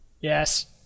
Yes